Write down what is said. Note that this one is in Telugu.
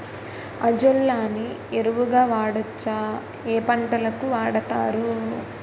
అజొల్లా ని ఎరువు గా వాడొచ్చా? ఏ పంటలకు వాడతారు?